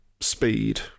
speed